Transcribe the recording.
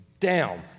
Down